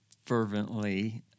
Fervently